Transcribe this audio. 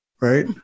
right